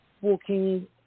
walking